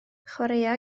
chwaraea